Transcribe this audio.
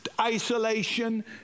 isolation